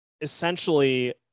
Essentially